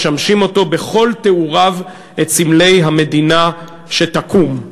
משמשים אותו בכל תיאוריו כסמלי המדינה שתקום.